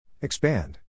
Expand